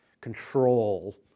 control